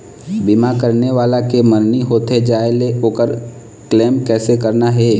बीमा करने वाला के मरनी होथे जाय ले, ओकर क्लेम कैसे करना हे?